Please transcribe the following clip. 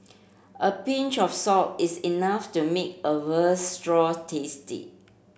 a pinch of salt is enough to make a veal tasty